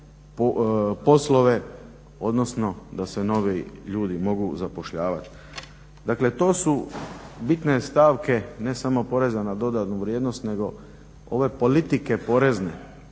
da se novi ljudi mogu zapošljavati. Dakle, to su bitne stavke ne samo poreza na dodanu vrijednost nego ove politike porezne